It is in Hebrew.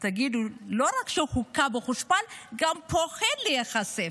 לא רק שהוא הוכה והושפל, הוא גם פוחד להיחשף.